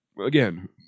Again